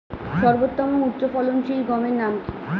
সর্বোত্তম ও উচ্চ ফলনশীল গমের নাম কি?